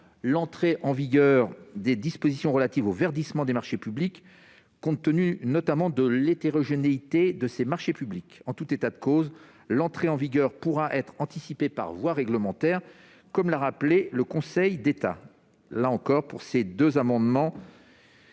d'entrée en vigueur des dispositions relatives au verdissement des marchés publics, compte tenu notamment de l'hétérogénéité de ces marchés. En tout état de cause, l'entrée en vigueur pourra être anticipée par voie réglementaire, comme l'a rappelé le Conseil d'État. Quel est l'avis du Gouvernement